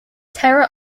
terra